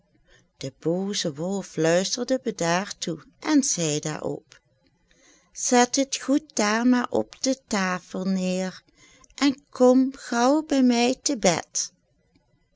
de booze wolf luisterde bedaard toe en zei daarop zet het goed daar maar op de tafel neêr en kom gaauw bij mij te bed